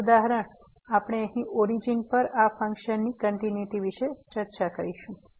છેલ્લું ઉદાહરણ આપણે અહીં ઓરીજીન પર આ ફંક્શનની કંટીન્યુઈટી વિશે ચર્ચા કરીશું